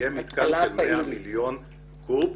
יהיה מתקן של 100 מיליון קוב.